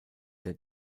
der